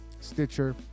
Stitcher